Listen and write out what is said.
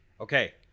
Okay